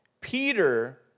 Peter